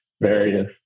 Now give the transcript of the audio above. various